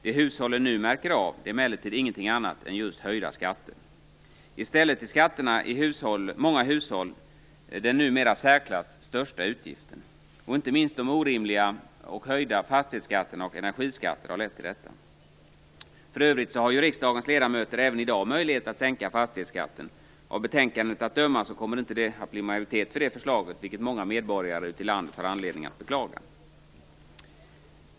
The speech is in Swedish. Det hushållen nu märker av är emellertid ingenting annat än just höjda skatter. I många hushåll är skatterna numera den i särklass största utgiften. Inte minst de orimligt höga fastighetsskatterna och energiskatter har lett till detta. För övrigt har riksdagens ledamöter även i dag möjlighet att sänka fastighetsskatten. Av betänkandet att döma kommer det inte att bli majoritet för det förslaget, vilket många medborgare ute i landet har anledning att beklaga.